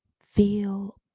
feel